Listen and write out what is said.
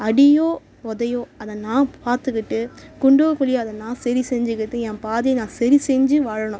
அடியோ உதையோ அதை நான் பார்த்துக்கிட்டு குண்டோ குழியோ அத நான் சரி செஞ்சிக்கிட்டு என் பாதையை நான் சரி செஞ்சு வாழணும்